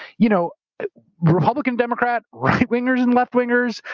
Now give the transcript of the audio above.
you know republican, democrat, right-wingers and left-wingers,